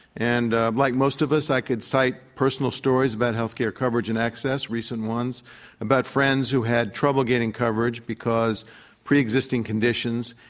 and ah like most of us, i could cite personal stories about health care coverage and access, recent ones about friends who had trouble getting coverage because of preexisting conditions,